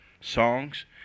songs